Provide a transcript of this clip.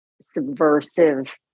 subversive